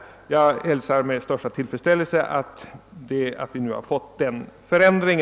Jag hälsar med största tillfredsställelse, att det har visat sig möjligt att åstadkomma denna förändring.